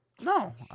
No